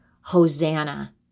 Hosanna